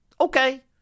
Okay